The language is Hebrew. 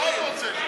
מה אתה רוצה?